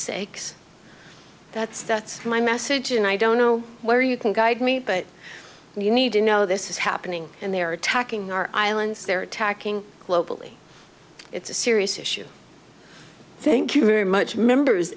sakes that's that's my message and i don't know where you can guide me but you need to know this is happening and they are attacking our islands they're attacking globally it's a serious issue thank you very much members